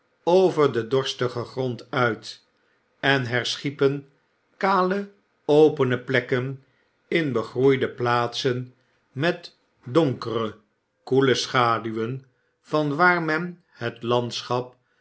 over den dorstigen grond uit en herschiepen kale opene plekken in begroeide plaatsen met donkere koele schaduwen van waar men het landschap